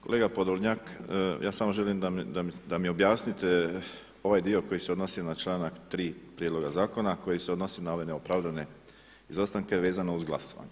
Kolega Podolnjak, ja samo želim da mi objasnite ovaj dio koji se odnosi na članak 3. prijedloga zakona, koji se odnosi na ove neopravdane izostanke vezano uz glasovanje.